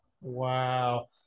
Wow